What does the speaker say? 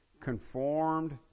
conformed